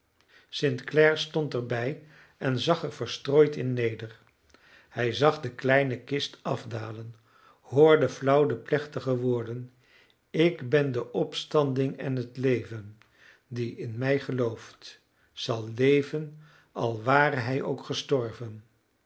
clare stond er bij en zag er verstrooid in neder hij zag de kleine kist afdalen hoorde flauw de plechtige woorden ik ben de opstanding en het leven die in mij gelooft zal leven al ware hij ook gestorven